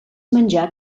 menjar